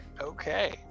Okay